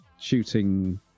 shooting